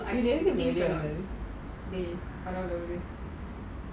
டேய் அவரு பல்லுல ஊட்ட இருக்கு நம்ம:dei avaru pallula oota iruku namma what can we do